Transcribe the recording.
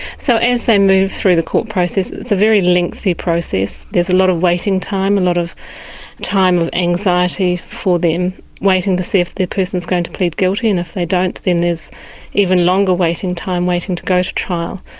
so as they move through the court process it's a very lengthy process, there is a lot of waiting time, a lot of time of anxiety for them waiting to see if the person is going to plead guilty, and if they don't then there is even longer waiting time, waiting to go to trial.